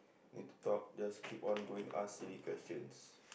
need to talk just keep on going ask silly questions